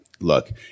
look